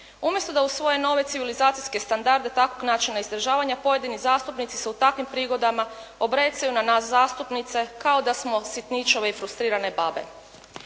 Umjesto da usvoje nove civilizacijske standarde takvog načina izražavanja pojedini zastupnici se u takvim prigodama obrecaju na nas zastupnice kao da smo sitničave i frustrirane babe.